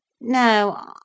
No